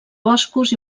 boscos